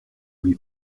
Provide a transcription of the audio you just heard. lui